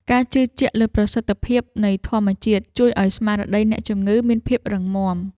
ការជឿជាក់លើប្រសិទ្ធភាពនៃធម្មជាតិ ជួយឱ្យស្មារតីអ្នកជំងឺមានភាពរឹងមាំ។